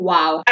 Wow